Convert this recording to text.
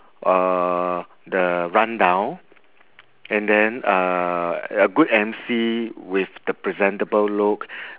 uh the rundown and then uh a good emcee with the presentable look